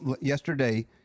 Yesterday